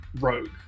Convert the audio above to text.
rogue